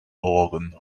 organ